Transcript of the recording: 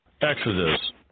Exodus